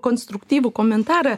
konstruktyvų komentarą